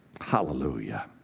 Hallelujah